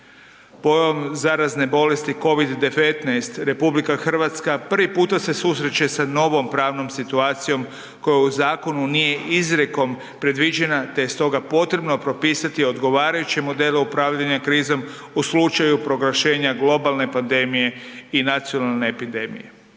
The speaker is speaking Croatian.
Pojam zarazne bolesti COVID-19, RH prvi puta se susreće sa novom pravnom situacijom koja u zakonu nije izrijekom predviđena te je stoga potrebno propisati odgovarajuće modele upravljanja krizom u slučaju proglašenja globalne pandemije i nacionalne epidemije.